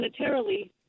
monetarily